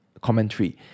commentary